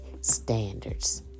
standards